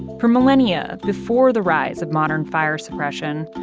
for millennia, before the rise of modern fire suppression,